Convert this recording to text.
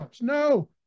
No